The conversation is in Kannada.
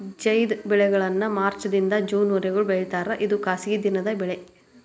ಝೈದ್ ಬೆಳೆಗಳನ್ನಾ ಮಾರ್ಚ್ ದಿಂದ ಜೂನ್ ವರಿಗೂ ಬೆಳಿತಾರ ಇದು ಬ್ಯಾಸಗಿ ದಿನದ ಬೆಳೆ